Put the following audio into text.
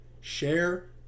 share